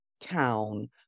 town